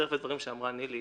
להצטרף לדבריה של נילי